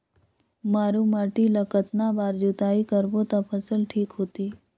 मारू माटी ला कतना बार जुताई करबो ता फसल ठीक होती?